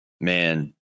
man